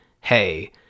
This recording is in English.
hey